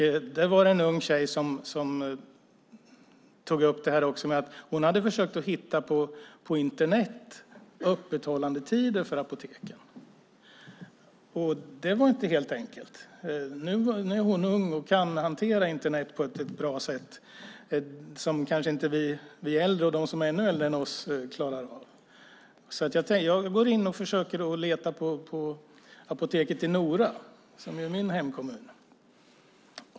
Där var det en ung tjej som hade försökt hitta öppettider för apoteken på Internet. Det hade inte varit helt enkelt. Nu är hon ung och kan hantera Internet på ett bra sätt, som kanske inte vi äldre och de som är ännu äldre än vi klarar av. Så jag tänkte att jag skulle försöka gå in och leta efter apoteket i Nora, som är min hemkommun.